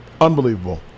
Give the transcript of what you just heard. Unbelievable